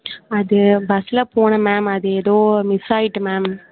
அது பஸ்ஸில் போனேன் மேம் அது எதோ மிஸ் ஆயிட்டு மேம்